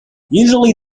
usually